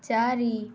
ଚାରି